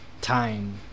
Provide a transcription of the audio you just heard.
time